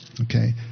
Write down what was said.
Okay